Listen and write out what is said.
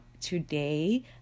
today